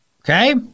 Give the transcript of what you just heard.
Okay